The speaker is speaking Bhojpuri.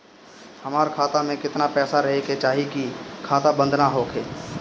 हमार खाता मे केतना पैसा रहे के चाहीं की खाता बंद ना होखे?